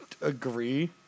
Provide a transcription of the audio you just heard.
agree